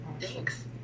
thanks